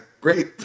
Great